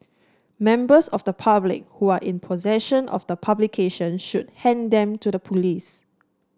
members of the public who are in possession of the publications should hand them to the police